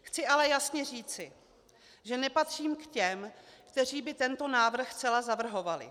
Chci ale jasně říci, že nepatřím k těm, kteří by tento návrh zcela zavrhovali.